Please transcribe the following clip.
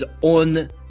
on